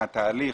מה התהליך,